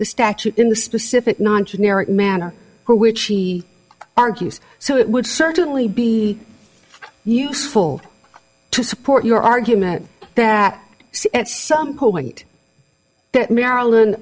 the statute in the specific non generic manner which she argues so it would certainly be useful to support your argument that at some point marilyn